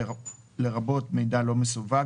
לרבות מידע לא מסווג,